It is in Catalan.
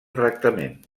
tractament